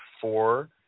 four